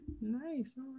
nice